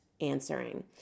answering